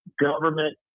government